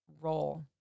role